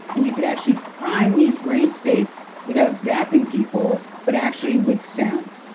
and you can actually prime these brain states without zapping people, but actually with sound.